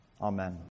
Amen